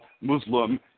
Muslim